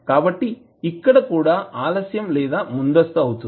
కాబట్టి ఇక్కడ కూడా ఆలస్యం లేదా ముందస్తు అవుతుంది